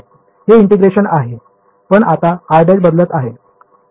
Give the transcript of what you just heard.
हे ईंटेग्रेशन आहे पण आता r′ बदलत आहे